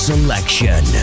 Selection